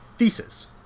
thesis